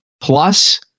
Plus